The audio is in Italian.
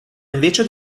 invece